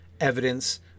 evidence